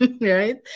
right